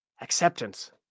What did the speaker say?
acceptance